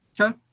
Okay